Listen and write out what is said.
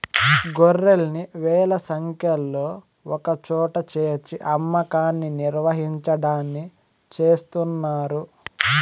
గొర్రెల్ని వేల సంఖ్యలో ఒకచోట చేర్చి అమ్మకాన్ని నిర్వహించడాన్ని చేస్తున్నారు